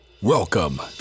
Welcome